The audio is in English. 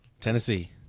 Tennessee